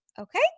Okay